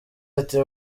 ati